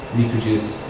reproduce